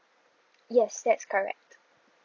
yes that's correct